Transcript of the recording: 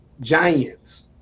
giants